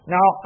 Now